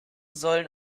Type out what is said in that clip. sollen